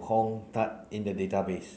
Hong Tatt in the database